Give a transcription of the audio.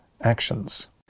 actions